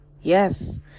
Yes